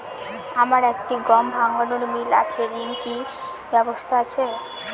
আমার একটি গম ভাঙানোর মিল আছে ঋণের কি ব্যবস্থা আছে?